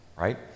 right